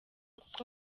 kuko